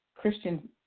Christian